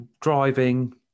driving